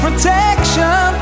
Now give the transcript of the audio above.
Protection